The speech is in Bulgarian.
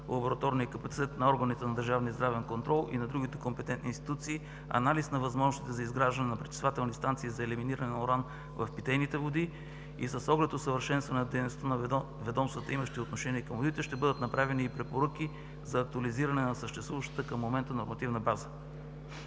лабораторния капацитет на органите на държавния и здравен контрол и на другите компетентни институции, анализ на възможностите за изграждане на пречиствателни станции за елиминиране на уран в питейните води. С оглед усъвършенстване на дейността на ведомствата, имащи отношение към водите, ще бъдат направени и препоръки за актуализиране на съществуващата към момента нормативна база.